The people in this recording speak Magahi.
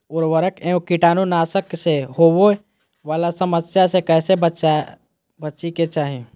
उर्वरक एवं कीटाणु नाशक से होवे वाला समस्या से कैसै बची के चाहि?